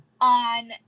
on